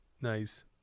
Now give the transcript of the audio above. Nice